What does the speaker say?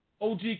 OG